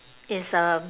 is um